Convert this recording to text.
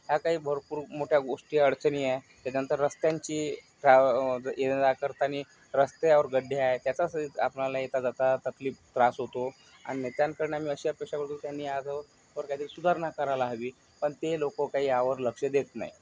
ह्या काही भरपूर मोठ्या गोष्टी अडचणी आहे त्याच्यानंतर रस्त्यांची ट्रॅव्ह येणं जाणं करताना रत्यावर खड्डे आहेत त्याचा आपणाला येता जाता तकलीफ त्रास होतो आणि नेत्यांकडनं मी अशी अपेक्षा करतो की त्यांनी या यावर काही सुधारणा करायला हवी पण ते लोकं काही यावर लक्ष देत नाही